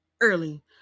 early